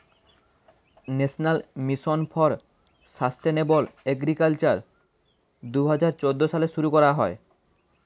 national mission for sustainable agriculture দুহাজার চৌদ্দ সালে শুরু করা হয়